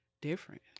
different